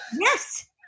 Yes